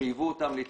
חייבו אותם להתקדם,